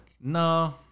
No